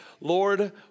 Lord